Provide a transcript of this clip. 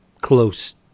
close –